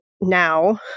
now